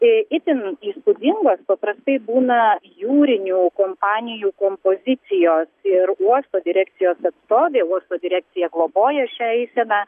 itin įspūdingos paprastai būna jūrinių kompanijų kompozicijos ir uosto direkcijos atstovė uosto direkcija globoja šią eiseną